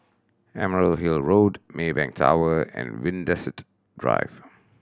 Emerald Hill Road Maybank Tower and Drive